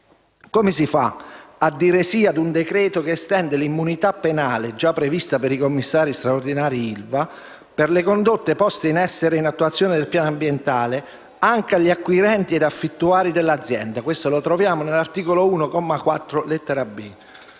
Come si fa a dire «sì» ad un decreto-legge che estende l'immunità penale, già prevista per i commissari straordinari ILVA, per le condotte poste in essere in attuazione del piano ambientale, anche agli acquirenti ed affittuari dell'azienda? Tale prescrizione si ritrova all'articolo 1, comma 4,